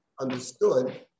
understood